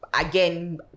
again